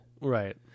Right